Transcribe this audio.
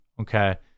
Okay